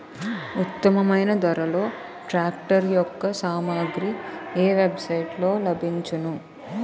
ఉత్తమమైన ధరలో ట్రాక్టర్ యెక్క సామాగ్రి ఏ వెబ్ సైట్ లో లభించును?